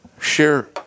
Share